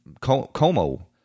como